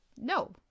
No